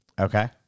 Okay